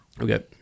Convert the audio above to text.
Okay